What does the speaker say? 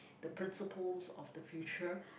the principles of the future